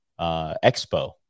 Expo